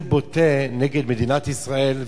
נגד מדינת ישראל ויפגע במדינת ישראל.